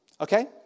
Okay